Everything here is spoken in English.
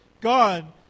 God